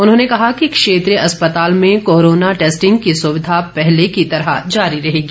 उन्होंने कहा कि क्षेत्रीय अस्पताल में कोरोना टैस्टिंग की सुविधा पहले की तरह जारी रहेगी